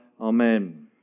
Amen